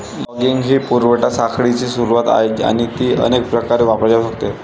logging ही पुरवठा साखळीची सुरुवात आहे आणि ती अनेक प्रकारे वापरली जाऊ शकते